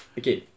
okay